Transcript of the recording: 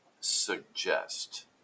suggest